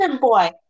boy